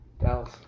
Dallas